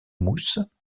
mousse